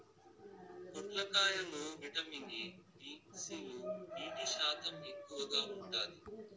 పొట్లకాయ లో vitamin A, B, C లు, నీటి శాతం ఎక్కువగా ఉంటాది